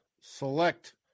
select